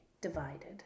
divided